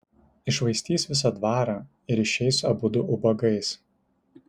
iššvaistys visą dvarą ir išeis abudu ubagais